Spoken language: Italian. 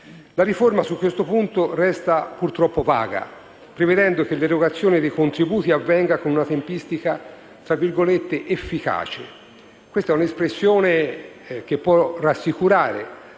La riforma su questo punto resta purtroppo vaga, prevedendo che l'erogazione dei contributi avvenga con una tempistica «efficace». Questa espressione può rassicurare,